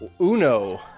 uno